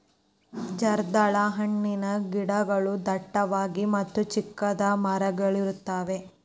ಜರ್ದಾಳ ಹಣ್ಣಿನ ಗಿಡಗಳು ಡಟ್ಟವಾಗಿ ಮತ್ತ ಚಿಕ್ಕದಾದ ಮರಗಳಿರುತ್ತವೆ